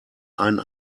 einen